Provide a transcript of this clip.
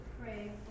pray